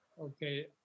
Okay